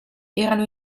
erano